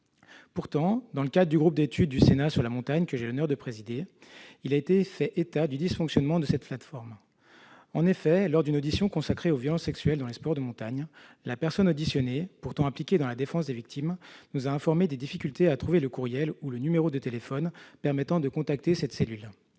Pourtant, dans le cadre du groupe d'études sénatorial Développement économique de la montagne, que j'ai l'honneur de présider, il a été fait état du dysfonctionnement de cette plateforme. En effet, lors d'une audition consacrée aux violences sexuelles dans les sports de montagne, la personne auditionnée, pourtant impliquée dans la défense des victimes, nous a informés des difficultés à trouver le courriel ou le numéro de téléphone permettant de contacter cette cellule.